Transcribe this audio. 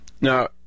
now